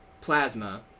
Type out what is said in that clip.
Plasma